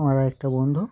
আমার একটা বন্ধু